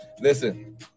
Listen